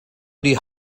die